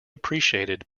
appreciated